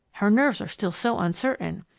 her nerves are still so uncertain.